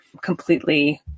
completely